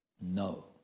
No